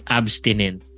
abstinent